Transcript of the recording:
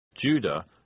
Judah